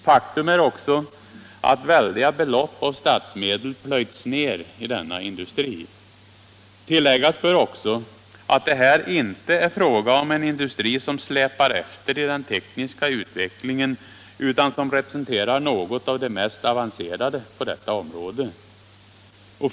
Faktum är också att väldiga belopp av statsmedel plöjts ner i denna industri. Tilläggas bör också att det här inte är fråga om en industri som släpar efter i den tekniska utvecklingen utan som representerar något av det mest avancerade på detta område.